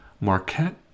Marquette